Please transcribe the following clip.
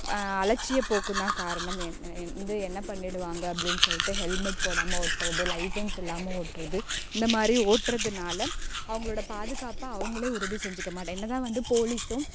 அலட்சிய போக்கும் தான் காரணம் வந்து என்ன பண்ணிடுவாங்க அப்படின்னு சொல்லிட்டு ஹெல்மெட் போடாமல் ஓட்டுறது லைசென்ஸ் இல்லாமல் ஓட்டுறது இந்த மாதிரி ஓட்டுறதுனால அவங்களோட பாதுகாப்பை அவங்களே உறுதி செஞ்சிக்கமாட்டே என்ன தான் வந்து போலீஸும்